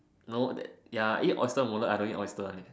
no that ya I eat oyster omelette I don't eat oyster eh